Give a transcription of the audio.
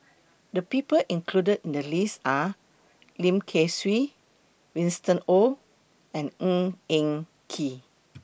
The People included in The list Are Lim Kay Siu Winston Oh and Ng Eng Kee